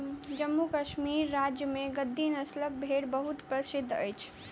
जम्मू कश्मीर राज्य में गद्दी नस्लक भेड़ बहुत प्रसिद्ध अछि